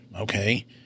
okay